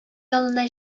янына